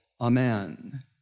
amen